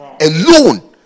alone